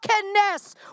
brokenness